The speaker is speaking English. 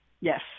Yes